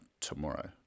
Tomorrow